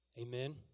Amen